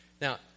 now